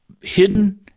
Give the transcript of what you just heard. Hidden